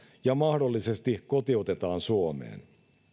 ja mahdollisesti kotiutetaan suomeen